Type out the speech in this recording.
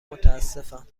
متاسفم